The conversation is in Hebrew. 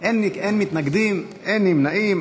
אין מתנגדים, אין נמנעים.